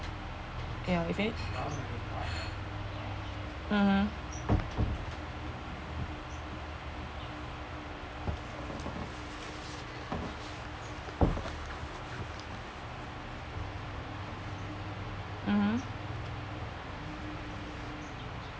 ya very mmhmm mmhmm